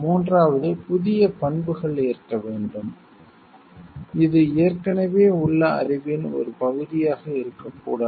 மூன்றாவது புதிய பண்புகள் இருக்க வேண்டும் இது ஏற்கனவே உள்ள அறிவின் ஒரு பகுதியாக இருக்கக் கூடாது